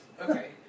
Okay